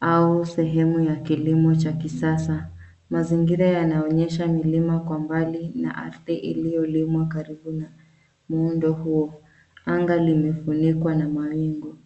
au sehemu ya kilimo cha kisasa. Mazingira yanaoonyesha milima kwa mbali na ardhi iliyolimwa karibu na muundo huo. Anga limefunikwa na mawingu.